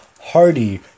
Hardy